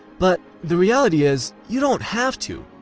but the reality is, you don't have to.